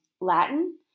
Latin